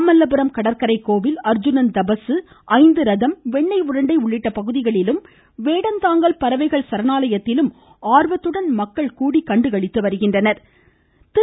மாமல்லபுரம் கடற்கரை கோவில் அர்ஜுணன் தபசு ஐந்து ரதம் வெண்ணை உருண்டை உள்ளிட்ட பகுதிகளிலும் வேடந்தாங்கல் பறவைகள் சரணாலயத்திலும் ஆர்வத்துடன் கூடி கண்டுகளித்து வருகின்றனர்